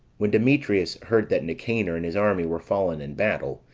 when demetrius heard that nicanor and his army were fallen in battle,